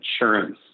insurance